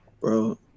Bro